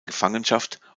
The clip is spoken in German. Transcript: gefangenschaft